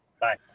Bye